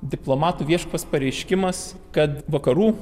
diplomato viešas pareiškimas kad vakarų